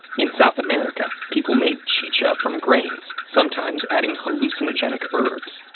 in south america, people made chicha from grains, sometimes adding hallucinogenic herbs.